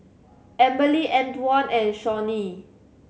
Amberly Antwon and Shawnee